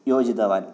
योजितवान्